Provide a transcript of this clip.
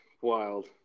wild